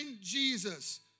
Jesus